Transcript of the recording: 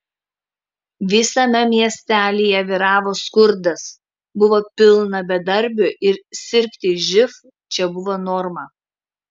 visame miestelyje vyravo skurdas buvo pilna bedarbių ir sirgti živ čia buvo norma